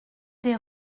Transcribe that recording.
des